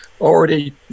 already